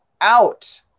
out